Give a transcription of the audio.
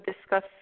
discuss